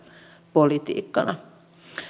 politiikkana